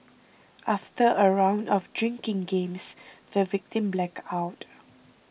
after a round of drinking games the victim blacked out